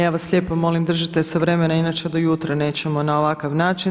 Ja vas lijepo molim držite se vremena inače do jutra nećemo na ovakav način.